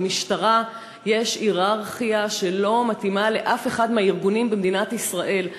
במשטרה יש הייררכיה שלא מתאימה לאף אחד מהארגונים במדינת ישראל.